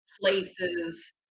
places